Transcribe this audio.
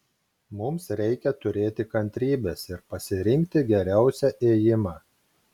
mums reikia turėti kantrybės ir pasirinkti geriausią ėjimą